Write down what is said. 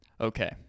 Okay